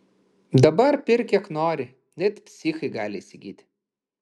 dabar pirk kiek nori net psichai gali įsigyti